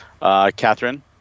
Catherine